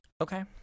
Okay